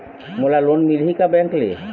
मोला लोन मिलही का बैंक ले?